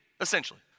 essentially